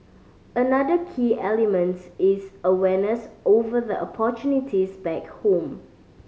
another key elements is awareness over the opportunities back home